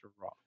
Raw